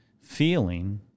feeling